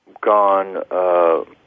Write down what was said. gone